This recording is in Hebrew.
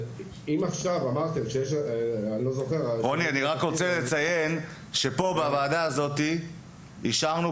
אני רק רוצה לציין שבוועדה הזו אישרנו